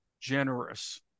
generous –